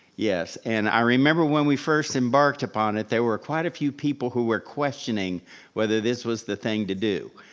yes, and i remember when we first embarked upon it there were quite a few people who were questioning whether this was the thing to do.